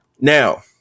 Now